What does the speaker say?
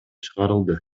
чыгарылды